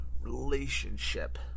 relationship